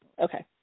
Okay